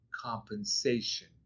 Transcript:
compensation